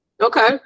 Okay